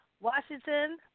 Washington